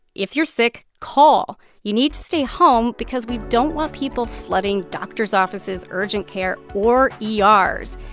if you're sick, call. you need to stay home because we don't want people flooding doctors' offices, urgent care or ers.